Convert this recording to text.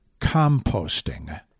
composting